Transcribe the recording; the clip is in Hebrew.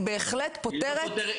היא בהחלטת פותרת אחוזים ממנה.